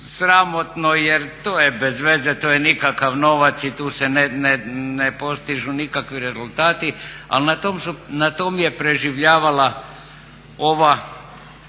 sramotno jer to je bez veze, to je nikakav novac i tu se ne postižu nikakvi rezultati, ali tom je preživljavala ova